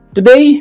Today